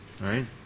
right